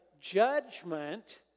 judgment